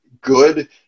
good